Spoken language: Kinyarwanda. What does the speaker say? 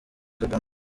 kagame